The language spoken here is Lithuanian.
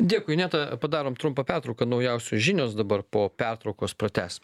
dėkui ineta padarom trumpą pertrauką naujausios žinios dabar po pertraukos pratęs